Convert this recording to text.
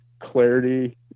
clarity